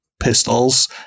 pistols